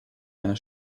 einer